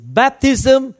baptism